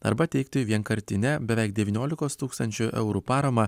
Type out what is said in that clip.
arba teikti vienkartinę beveik devyniolikos tūkstančių eurų paramą